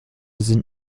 sind